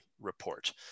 report